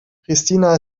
pristina